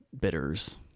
bitters